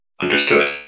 Understood